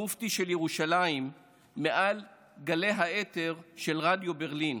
המופתי של ירושלים, מעל גלי האתר של רדיו ברלין